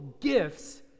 gifts